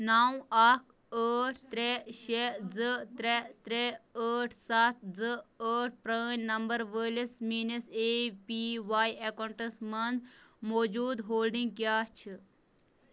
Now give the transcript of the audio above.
نَو اَکھ ٲٹھ ترٛےٚ شےٚ زٕ ترٛےٚ ترٛےٚ ٲٹھ سَتھ زٕ ٲٹھ پران نمبر وٲلِس میٛٲنِس اےٚ پی واٮٔۍ اَکاؤنٹس مَنٛز موٗجوٗد ہولڈِنٛگ کیٛاہ چھِ